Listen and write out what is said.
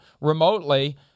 remotely